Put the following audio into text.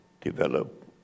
develop